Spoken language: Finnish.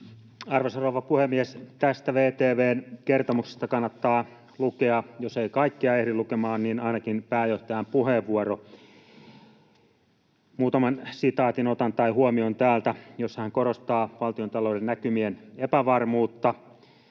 Arvoisa rouva puhemies! Tästä VTV:n kertomuksesta kannattaa lukea — jos ei kaikkea ehdi lukemaan — ainakin pääjohtajan puheenvuoro. Otan täältä muutaman huomion, joissa hän korostaa valtiontalouden näkymien epävarmuutta,